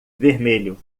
vermelho